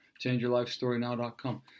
ChangeYourLifeStoryNow.com